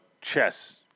chess